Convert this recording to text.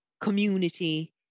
community